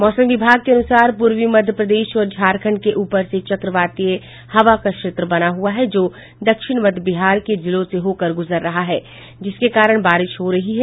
मौसम विभाग के अनुसार पूर्वी मध्य प्रदेश और झारंखड के ऊपर से चक्रवातीय हवा का क्षेत्र बना हुआ जो दक्षिण मध्य बिहार के जिलों से होकर गुजर रहा है जिसके बारण बारिश हो रही है